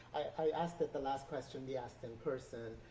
i ask that the last question be asked in person,